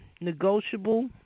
negotiable